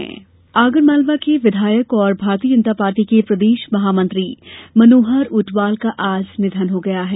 विधायक निधन आगरमालवा के विधायक और भारतीय जनता पार्टी के प्रदेश महामंत्री मनोहर ऊंटवाल का आज निधन हो गया है